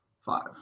Five